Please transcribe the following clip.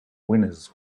winners